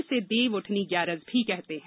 इसे देवउठनी ग्यारस भी कहते हैं